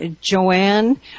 Joanne